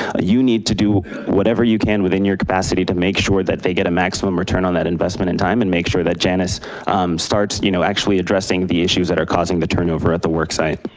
you need to do whatever you can within your capacity to make sure that they get a maximum return on that investment in time and make sure that janus starts you know actually addressing the issues that are causing the turnover at the work site.